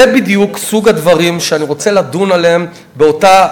זה בדיוק סוג הדברים שאני רוצה לדון עליהם באותו,